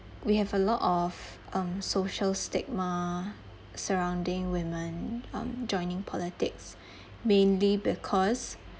we have a lot of um social stigma surrounding women um joining politics mainly because